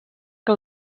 que